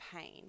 pain